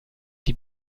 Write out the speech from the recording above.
die